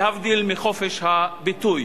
להבדיל מחופש הביטוי.